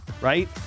right